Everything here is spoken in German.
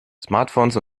smartphones